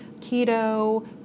keto